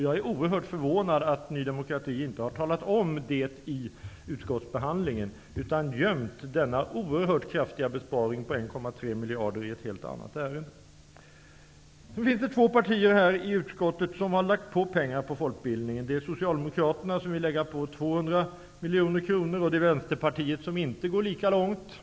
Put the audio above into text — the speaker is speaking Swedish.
Jag är oerhört förvånad att Ny demokrati inte har talat om det vid utskottsbehandlingen utan gömt denna oerhört kraftiga besparing på 1,3 miljarder i ett helt annat ärende. Det finns två partier i utskottet som har föreslagit mer pengar till folkbildningen. Det är miljoner kronor, och Vänsterpartiet som inte går lika långt.